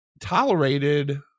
tolerated